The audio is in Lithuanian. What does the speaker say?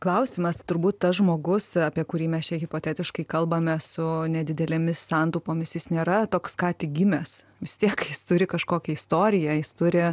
klausimas turbūt tas žmogus apie kurį mes čia hipotetiškai kalbame su nedidelėmis santaupomis jis nėra toks ką tik gimęs vis tiek jis turi kažkokią istoriją jis turi